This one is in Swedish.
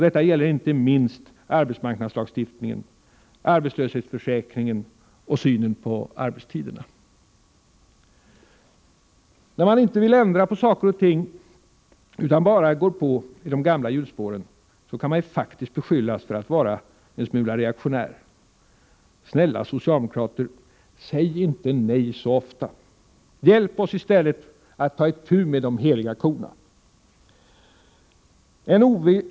Detta gäller inte minst arbetsmarknadslagstiftningen, arbetslöshetsförsäkringen och synen på arbetstiderna. När man inte vill ändra på saker och ting utan bara går på i de gamla hjulspåren, kan man faktiskt beskyllas för att vara en smula reaktionär. Snälla socialdemokrater, säg inte nej så ofta! Hjälp oss i stället att ta itu med de ”heliga korna”.